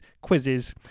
quizzes